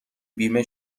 بیمه